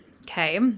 Okay